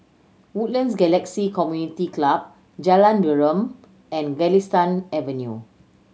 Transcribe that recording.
Woodlands Galaxy Community Club Jalan Derum and Galistan Avenue